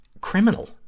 criminal